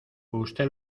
usted